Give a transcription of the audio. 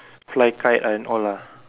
fly kite and all ah